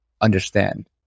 understand